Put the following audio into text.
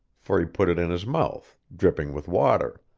for he put it in his mouth, dripping with water.